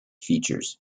features